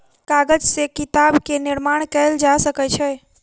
कागज से किताब के निर्माण कयल जा सकै छै